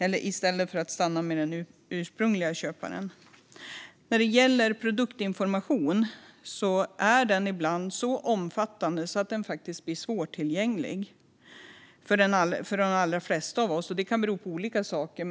i stället för att stanna vid den ursprungliga köparen. Produktinformation är ibland så omfattande att den faktiskt blir svårtillgänglig för de allra flesta av oss. Det kan bero på olika saker.